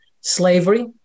slavery